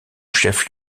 chef